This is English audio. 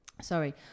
Sorry